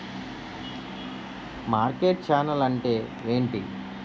Market channel అంటే ఏంటి?